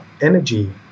energy